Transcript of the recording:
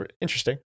interesting